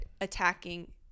attacking